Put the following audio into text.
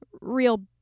real